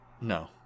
No